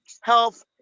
health